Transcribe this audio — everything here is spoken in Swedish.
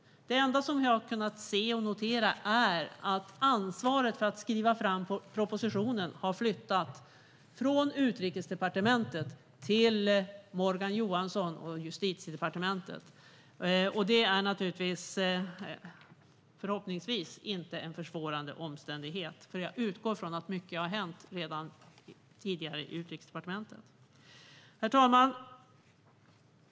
Det enda jag har kunnat se och notera är att ansvaret för att skriva propositionen har flyttat från Utrikesdepartementet till Morgan Johansson och Justitiedepartementet. Det är förhoppningsvis inte någon försvårande omständighet, för jag utgår ifrån att mycket har hänt redan tidigare på Utrikesdepartementet. Herr talman!